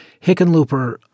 Hickenlooper